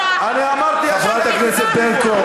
חברת הכנסת ברקו,